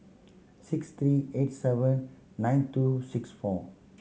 six three eight seven nine two six four